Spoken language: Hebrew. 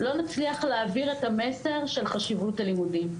לא נצליח להעביר את המסר של חשיבות הלימודים,